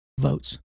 votes